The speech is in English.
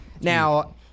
Now